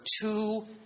two